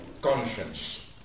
conscience